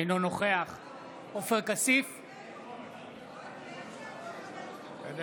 אינו